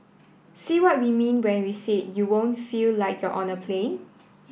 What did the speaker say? see what we mean when we said you won't feel like you're on a plane